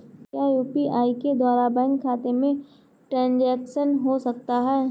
क्या यू.पी.आई के द्वारा बैंक खाते में ट्रैन्ज़ैक्शन हो सकता है?